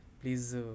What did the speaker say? please